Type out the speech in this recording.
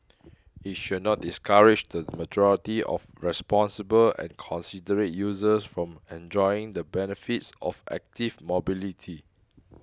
it should not discourage the majority of responsible and considerate users from enjoying the benefits of active mobility